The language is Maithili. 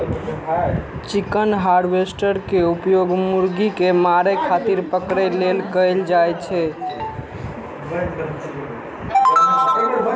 चिकन हार्वेस्टर के उपयोग मुर्गी कें मारै खातिर पकड़ै लेल कैल जाइ छै